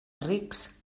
rics